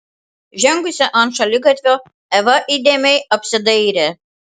žengusi ant šaligatvio eva įdėmiai apsidairė